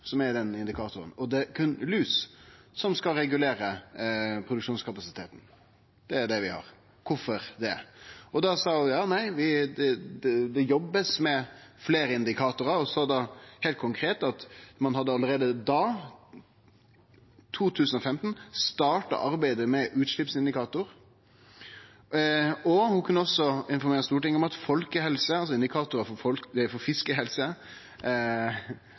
er i den indikatoren, og det er berre lus som skal regulere produksjonskapasiteten, og det er det vi har – kvifor det? Da sa ho: Nei, det blir jobba med fleire indikatorar. Ho sa heilt konkret at ein allereie da, i 2015, hadde starta arbeidet med utslippsindikator, og ho kunne også informere Stortinget om at indikatorar for folkehelse, nei, fiskehelse